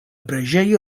preĝejo